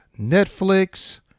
Netflix